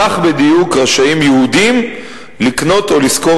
כך בדיוק רשאים יהודים לקנות או לשכור